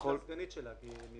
או שתשלח סגנית שלה.